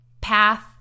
path